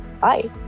bye